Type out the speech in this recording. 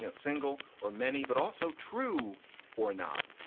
ah single or many, but also true or not.